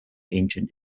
ancient